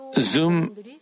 Zoom